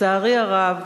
לצערי הרב,